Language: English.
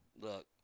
Look